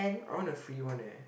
I want the free one leh